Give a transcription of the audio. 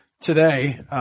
today